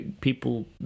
people